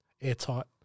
airtight